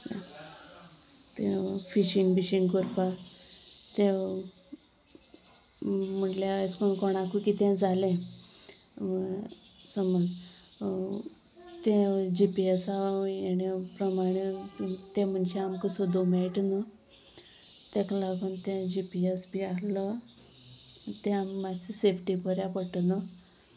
ते फिशींग बिशींग करपा ते म्हणल्यार अशे करून कोणाकूय कितें जालें समज ते जी पी एसा हेणें प्रमाणे ते मनशां आमकां सोदूं मेळटा न्हय ताका लागून तें जी पी एस बी आसलो तें आमकां मात्शें सेफ्टी बऱ्या पडटा न्हय